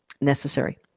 necessary